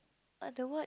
but the word